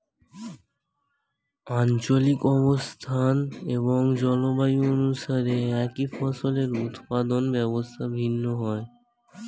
আঞ্চলিক অবস্থান এবং জলবায়ু অনুসারে একই ফসলের উৎপাদন ব্যবস্থা ভিন্ন হয়